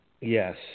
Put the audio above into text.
Yes